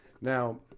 Now